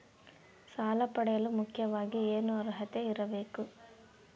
ಸಾಲ ಪಡೆಯಲು ಮುಖ್ಯವಾಗಿ ಏನು ಅರ್ಹತೆ ಇರಬೇಕು?